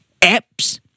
apps